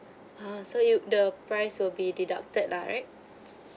uh so you the price would be deducted lah right